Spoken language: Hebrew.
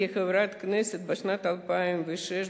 כחברת כנסת בשנת 2006,